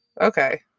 Okay